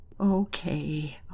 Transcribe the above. Okay